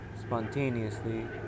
spontaneously